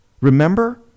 remember